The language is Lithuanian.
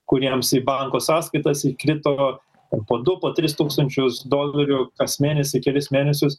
kuriems į banko sąskaitas įkrito po du po tris tūkstančius dolerių kas mėnesį kelis mėnesius